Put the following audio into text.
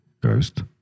Ghost